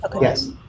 Yes